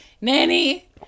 nanny